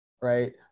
right